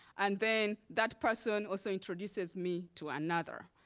and then that person also introduces me to another,